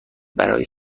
برای